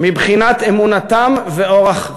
מבחינת אמונתם ואורח חייהם.